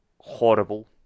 horrible